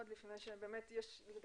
כמובן שיש את דיון ההמשך שנוכל, למי שירצה